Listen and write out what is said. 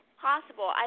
possible